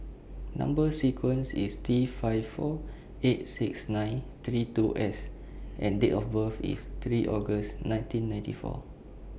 Number sequence IS T five four eight six nine three two S and Date of birth IS three August nineteen ninety four